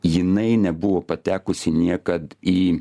jinai nebuvo patekusi niekad į